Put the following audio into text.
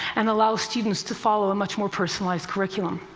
and allows students to follow a much more personalized curriculum.